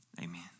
Amen